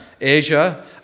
Asia